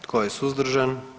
Tko je suzdržan?